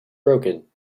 broken